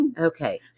Okay